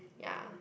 ya